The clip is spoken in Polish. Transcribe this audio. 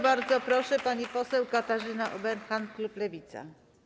Bardzo proszę, pani poseł Katarzyna Ueberhan, klub Lewica.